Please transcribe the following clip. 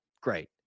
great